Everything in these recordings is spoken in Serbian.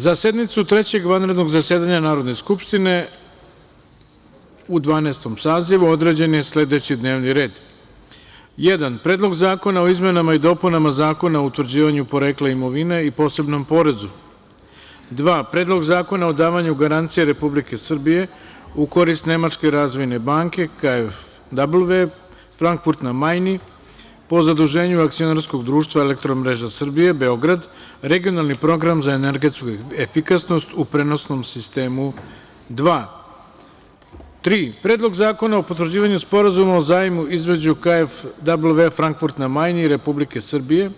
Za sednicu Trećeg vanrednog zasedanja Narodne skupštine u Dvanaestom sazivu određen je sledeći D n e v n i r e d: Predlog zakona o izmenama i dopunama Zakona o utvrđivanju porekla imovine i posebnom porezu; Predlog zakona o davanju garancije Republike Srbije u korist Nemačke razvojne banke KfW, Frankfurt na Majni, po zaduženju Akcionarskog društva „Elektromreža Srbije“ Beograd (Regionalni program za elektronsku efikasnost u prenosnom sistemu 2); Predlog zakona o potvrđivanju Sporazuma o zajmu između KfW, Frankfurt na Majni, i Republike Srbije,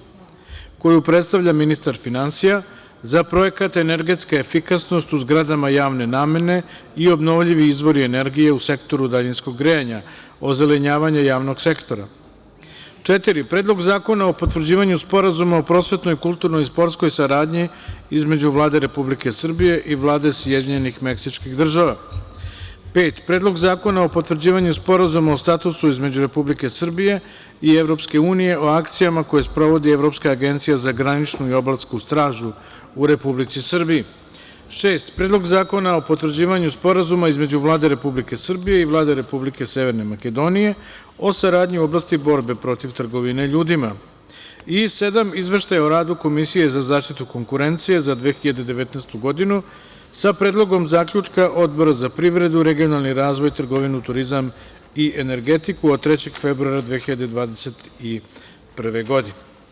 koju predstavlja ministar finansija, za projekat „Energetska efikasnost u zgradama javne namene i obnovljivi izvori energije u sektoru daljinskog grejanja - Ozelenjavanje javnog sektora“; Predlog zakona o potvrđivanju Sporazuma o prosvetnoj, kulturnoj i sportskoj saradnji između Vlade Republike Srbije i Vlade Sjedinjenih Meksičkih država; Predlog zakona o potvrđivanju Sporazuma o statusu između Republike Srbije i EU o akcijama koje sprovodi Evropska agencija za graničnu i obalsku stražu u Republici Srbiji; Predlog zakona o potvrđivanju Sporazuma između Vlade Republike Srbije i Vlade Republike Severne Makedonije o saradnji u oblasti borbe protiv trgovine ljudima; Izveštaj o radu Komisije za zaštitu konkurencije za 2019. godinu, sa Predlogom zaključka Odbora za privredu, regionalni razvoj, trgovinu, turizam i energetiku od 3. februara 2021. godine.